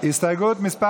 הסתייגות מס'